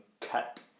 cut